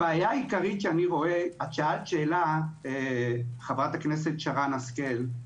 את שאלת שאלה, חברת הכנסת שרן השכל,